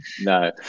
No